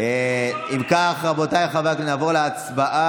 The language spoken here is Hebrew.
אם כך, רבותיי חברי הכנסת, נעבור להצבעה.